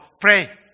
pray